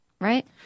Right